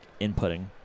inputting